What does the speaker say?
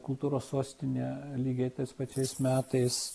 kultūros sostinė lygiai tais pačiais metais